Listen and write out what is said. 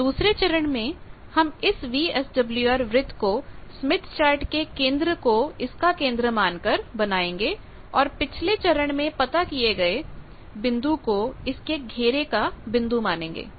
अब दूसरे चरण में हम इस वीएसडब्ल्यूआर वृत्त को स्मिथ चार्ट के केंद्र को इसका केंद्र मानकर बनाएंगे और पिछले चरण में पता किए गए बिंदु को इसके घेरे का बिंदु मानेंगे